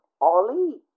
Ollie